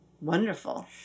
wonderful